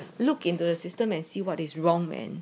look into a system and see what is wrong man